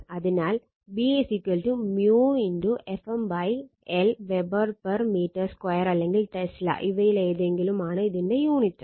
അതിനാൽ B μ Fm l weber per metre square അല്ലെങ്കിൽ tesla ഇവയിലേതെങ്കിലും ആണ് ഇതിന്റെ യൂണിറ്റ്